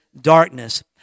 darkness